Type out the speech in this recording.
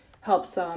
helps